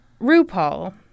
RuPaul